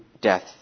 death